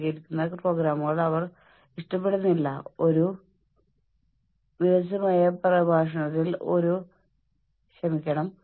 അഥവാ നിങ്ങൾക്ക് മറ്റൊന്നും ഇല്ലെങ്കിൽ ഒരു പഴയ പത്രം എടുത്ത് ഒരു ദശലക്ഷം കഷണങ്ങളായി കീറുക